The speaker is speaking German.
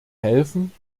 helfen